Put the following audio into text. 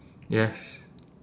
yes